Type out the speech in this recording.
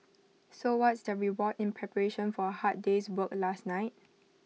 so what's their reward in preparation for A hard day's work last night